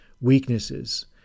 weaknesses